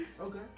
Okay